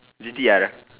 G T R